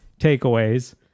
Takeaways